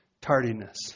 tardiness